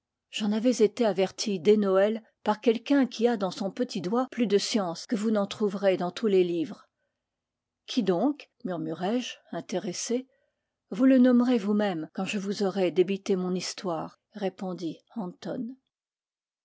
j'en avais été averti dès noël par quelqu'un qui a dans son petit doigt plus de science que vous n'en trouverez dans tous les livres qui donc murmurai-je intéressé vous le nommerez vous-même quand je vous aurai débité mon histoire répondit anton